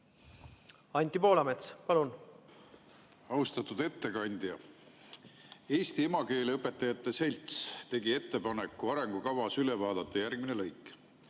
Anti Poolamets, palun! Austatud ettekandja! Eesti Emakeeleõpetajate Selts tegi ettepaneku vaadata arengukavas üle järgmine lõik: